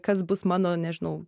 kas bus mano nežinau